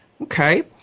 Okay